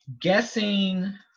guessing